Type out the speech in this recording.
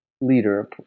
leader